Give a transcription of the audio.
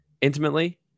Intimately